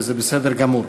וזה בסדר גמור.